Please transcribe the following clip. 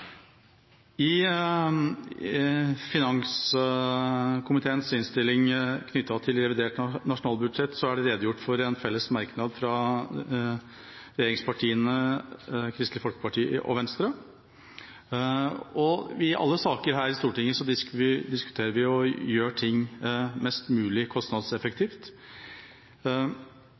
I finanskomiteens innstilling knyttet til revidert nasjonalbudsjett er det redegjort for en felles merknad fra regjeringspartiene, Kristelig Folkeparti og Venstre. I alle saker i Stortinget diskuterer vi å gjøre ting mest mulig kostnadseffektivt.